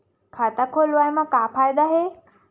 खाता खोलवाए मा का फायदा हे